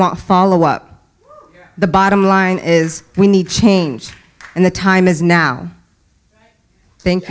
want follow up the bottom line is we need change and the time is now i think